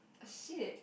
shit